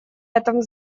этом